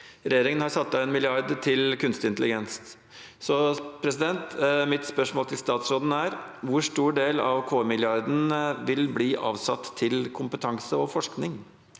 Regjeringen har satt av 1 mrd. kr til kunstig intelligens. Mitt spørsmål til statsråden er: Hvor stor del av KI-milliarden vil bli avsatt til kompetanse og forskning?